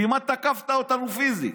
כמעט תקפת אותנו פיזית.